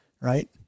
right